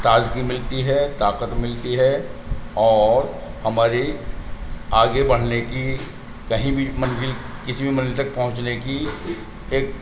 تازگی ملتی ہے طاقت ملتی ہے اور ہماری آگے بڑھنے کی کہیں بھی منزل کسی بھی منزل تک پہنچنے کی ایک